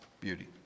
beauty